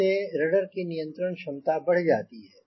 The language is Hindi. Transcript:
इससे रडर की नियंत्रण क्षमता बढ़ जाती है